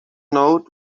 note